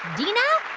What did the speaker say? dina,